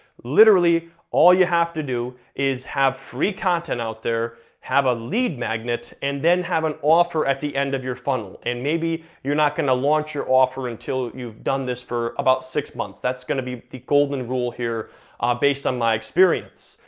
literally all you have to do is have free content out there, have a lead magnet, and then have an offer at the end of your funnel. and maybe you're not gonna launch your offer until you've done this for about six months, that's gonna be the golden rule here based on my experience.